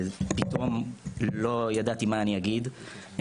פתאום לא ידעתי מה אני אגיד,